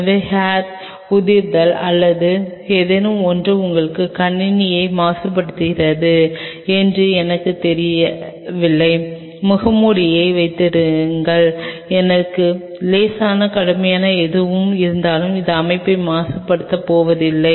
எனவே ஹேர் உதிர்தல் அல்லது ஏதேனும் ஒன்று உங்களுக்கு கணினியை மாசுபடுத்துகிறது என்று எனக்குத் தெரியவில்லை முகமூடியை வைத்திருங்கள் எனக்கு லேசான கடுமையான எதுவும் இருந்தாலும் அது அமைப்பை மாசுபடுத்தப் போவதில்லை